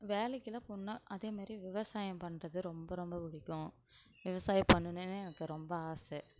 வேலைக்கெலாம் போகணுனா அதேமாதிரி விவசாயம் பண்றது ரொம்ப ரொம்ப பிடிக்கும் விவசாயம் பண்ணணுனே எனக்கு ரொம்ப ஆசை